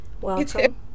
Welcome